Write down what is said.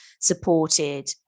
supported